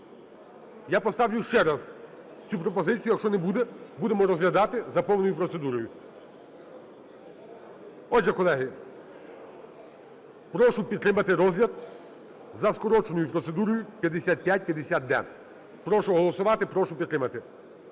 Я поставлю ще раз цю пропозицію. Якщо не буде, будемо розглядати за повною процедурою. Отже, колеги, прошу підтримати розгляд за скороченою процедурою 5550-д. Прошу голосувати, прошу підтримати.